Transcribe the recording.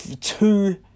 Two